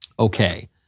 Okay